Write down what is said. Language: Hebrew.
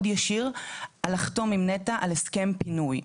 ישיר על לחתום עם נת"ע על הסכם פינוי.